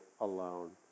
alone